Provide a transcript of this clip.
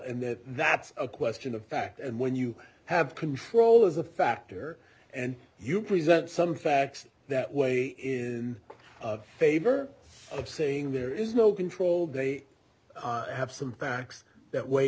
and that's a question of fact and when you have control as a factor and you present some facts that way of favor of saying there is no control they have some facts that way